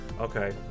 Okay